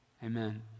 amen